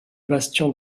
bastion